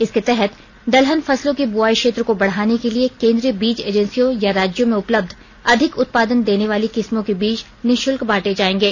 इसके तहत दलहन फसलों के बुआई क्षेत्र को बढाने के लिए केंद्रीय बीज ऐजेंसियों या राज्यों में उपलब्ध अधिक उत्पादन देने वाली किस्मों के बीज निशल्क बांटे जाएंगे